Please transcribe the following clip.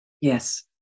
Yes